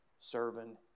serving